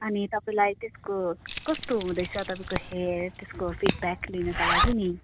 अनि तपाईँलाई त्यसको कस्तो हुँदैछ तपाईँको हेयर त्यसको फिडब्याक लिनका लागि नि